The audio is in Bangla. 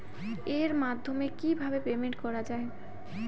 এর মাধ্যমে কিভাবে পেমেন্ট করা য়ায়?